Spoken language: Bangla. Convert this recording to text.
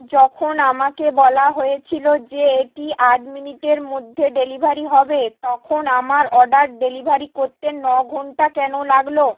যখন আমাকে বলা হয়েছিলো যে এটি আট মিনিটের মধ্যে ডেলিভারি হবে তখন আমার অর্ডার ডেলিভারি করতে ন ঘন্টা কেন লাগলো